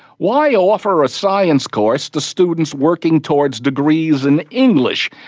why offer a science course to students working towards degrees in english,